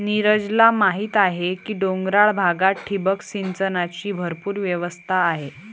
नीरजला माहीत आहे की डोंगराळ भागात ठिबक सिंचनाची भरपूर व्यवस्था आहे